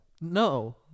No